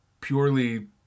purely